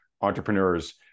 entrepreneurs